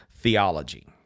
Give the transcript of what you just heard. theology